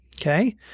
Okay